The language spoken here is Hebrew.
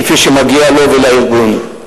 כפי שמגיע לו ולארגון.